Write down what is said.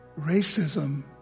Racism